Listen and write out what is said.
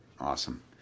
Awesome